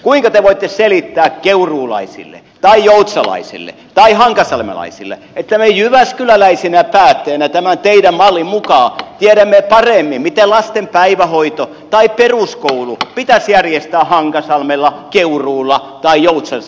kuinka te voitte selittää keuruulaisille tai joutsalaisille tai hankasalmelaisille että me jyväskyläläisinä päättäjinä tämän teidän mallin mukaan tiedämme paremmin miten lasten päivähoito tai peruskoulu pitäisi järjestää hankasalmella keuruulla tai joutsassa